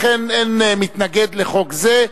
לכן אין מתנגד לחוק זה.